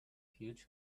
huge